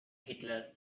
hitler